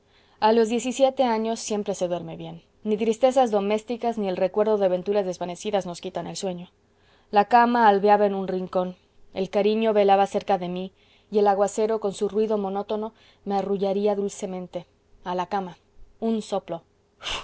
a los diez y siete años siempre se duerme bien ni tristezas domésticas ni el recuerdo de venturas desvanecidas nos quitan el sueño la cama albeaba en un rincón el cariño velaba cerca de mí y el aguacero con su ruido monótono me arrullaría dulcemente a la cama un soplo